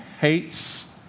hates